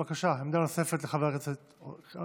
בבקשה, עמדה נוספת לחבר הכנסת